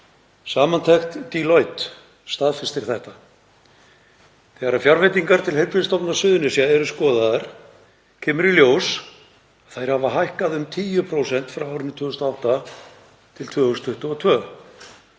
Samantekt Deloitte staðfestir þetta. Þegar fjárveitingar til Heilbrigðisstofnunar Suðurnesja eru skoðaðar kemur í ljós að þær hafa hækkað um 10% frá árinu 2008 til 2022.